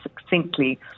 succinctly